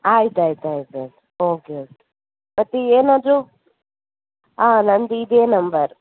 ಆಯ್ತು ಆಯ್ತು ಆಯ್ತು ಆಯಿತು ಓಕೆ ಓಕೆ ಮತ್ತೀಗ ಏನಾದರೂ ಹಾಂ ನಂದು ಇದೇ ನಂಬರ್